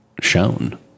shown